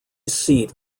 seat